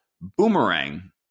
Boomerang